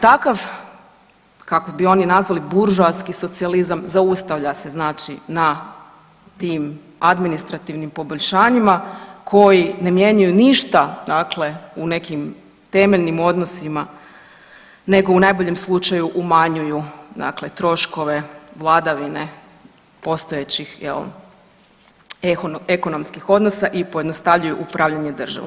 Takav, kako bi oni nazvali buržoaski socijalizam zaustavlja se znači na tim administrativnim poboljšanjima koji ne mijenjaju ništa dakle u nekim temeljnim odnosima nego u najboljem slučaju umanjuju dakle troškove vladavine postojećih jel ekonomskih odnosa i pojednostavljuju upravljanje državom.